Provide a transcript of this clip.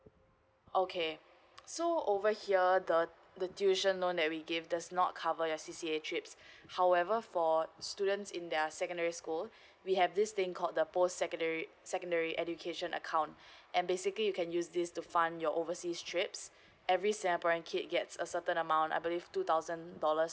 okay so over here the the tuition loan that we gave does not cover the C_C_A trips however for students in their secondary school we have this thing called the post secondary secondary education account and basically you can use this to fund your overseas trips every singaporean kid gets a certain amount I believe two thousand dollars